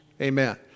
Amen